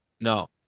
No